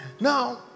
Now